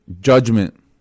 judgment